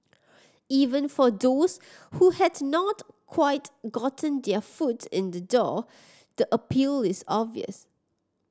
even for those who had not quite gotten their foot in the door the appeal is obvious